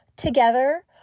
Together